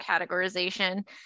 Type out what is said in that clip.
categorization